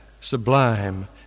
sublime